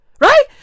right